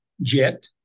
jet